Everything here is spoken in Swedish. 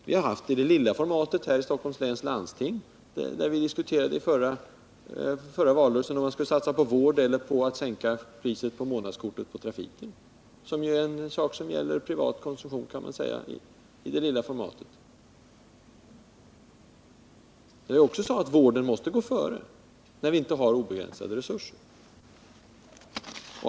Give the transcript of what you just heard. Vi har haft det i det lilla formatet i Stockholms läns landsting, där vi under förra valrörelsen diskuterade om man skulle satsa på vård eller på att sänka priset på månadskortet i trafiken — det är ju en sak som gäller privat konsumtion i det lilla formatet. Jag sade där att vården måste gå före när vi inte har obegränsade resurser.